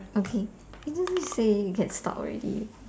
okay they say you can stop already